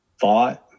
thought